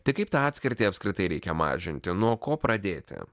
tai kaip tą atskirtį apskritai reikia mažinti nuo ko pradėti